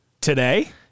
today